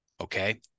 Okay